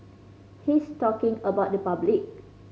he's talking about the public